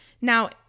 Now